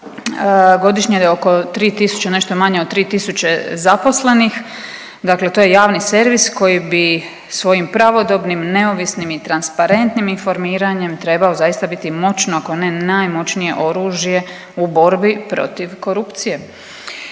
godišnje ide oko 3 tisuće, nešto manje od 3 tisuće zaposlenih, dakle to je javni servis koji bi svojim pravodobnim, neovisnim i transparentnim informiranjem trebao zaista biti moćno ako ne najmoćnije oružje u borbi protiv korupcije.